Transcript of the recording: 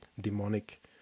demonic